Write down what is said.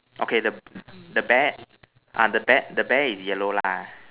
okay the the bear ah the bear the bear is yellow lah